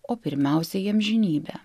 o pirmiausia į amžinybę